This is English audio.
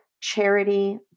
charity